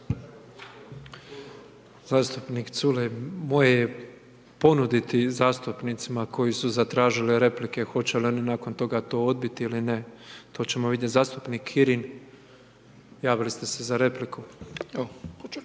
Zastupnik Culej, moje je ponuditi zastupnicima koji su zatražili replike, hoće li oni nakon toga to odbiti ili ne. To ćemo vidjeti. Zastupnik Kirin, javili ste se za repliku.